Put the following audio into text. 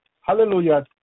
Hallelujah